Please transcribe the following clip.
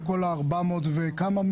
על כל ה-400 וכמה?